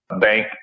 Bank